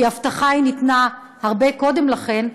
כי ההבטחה ניתנה הרבה קודם לכן,